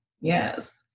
Yes